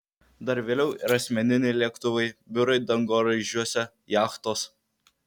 dar vėliau ir asmeniniai lėktuvai biurai dangoraižiuose jachtos